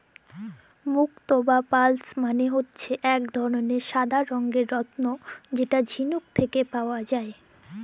মুক্ত বা পার্লস মালে হচ্যে এক ধরলের সাদা রঙের রত্ন যেটা ঝিলুক থেক্যে পাওয়া যায়